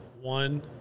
one